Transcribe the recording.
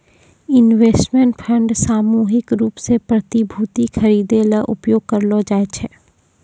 investment fund सामूहिक रूप सें प्रतिभूति खरिदै ल उपयोग करलो जाय छै